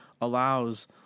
allows